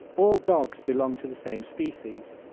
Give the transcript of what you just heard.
all dogs belong to the same species